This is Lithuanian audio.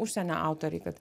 užsienio autoriai kad